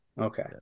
Okay